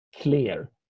clear